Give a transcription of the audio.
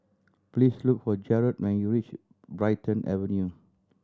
please look for Jarrod when you reach Brighton Avenue